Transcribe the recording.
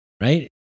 Right